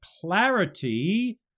clarity